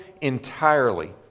entirely